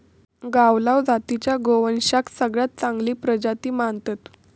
गावलाव जातीच्या गोवंशाक सगळ्यात चांगली प्रजाती मानतत